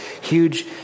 huge